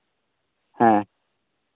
ᱦᱮᱸ